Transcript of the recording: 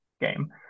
game